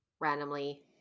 randomly